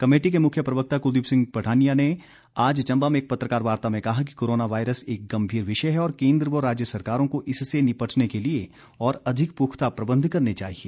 committee के मुख्य प्रवक्ता कुलदीप सिंह पठानिया ने आज चंबा में एक पत्रकार वार्ता में कहा कि कोरोना वायरस एक गंभीर विषय है और केंद्र व राज्य सरकारों को इससे निपटने के लिए और अधिक पुख्ता प्रबंध करने चाहिए